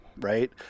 Right